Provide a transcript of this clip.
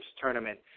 tournament